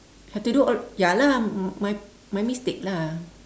have to do all ya lah my my mistake lah